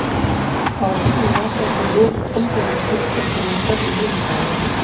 आर्थिक विकास का प्रयोग अल्प विकसित अर्थव्यवस्था के लिए होता है